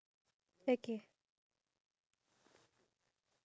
ya I feel like the most important thing